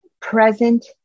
present